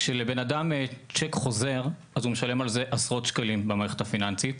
כשלבן אדם צ'ק חוזר אז הוא משלם על זה עשרות שקלים במערכת הפיננסית.